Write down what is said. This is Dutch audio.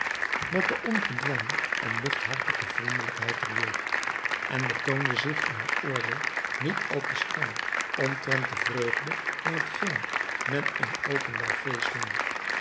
met de ongedwongen en luchthartige vriendelijkheid der jeugd en betoonde zich in haar oordeel niet al te streng omtrent de vreugde van hetgeen men een openbaar feest noemt